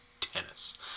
tennis